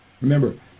Remember